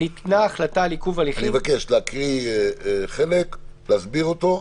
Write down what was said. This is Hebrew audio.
אני מבקש להקריא כל חלק, להסביר אותו,